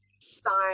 sign